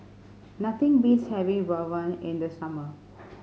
nothing beats having rawon in the summer